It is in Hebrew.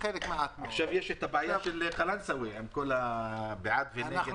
עכשיו יש הבעיה של קלאנסווה עם כל עניין "בעד" ו"נגד".